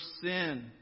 sin